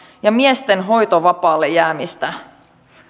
ja miesten hoitovapaalle jäämistä